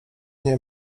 nie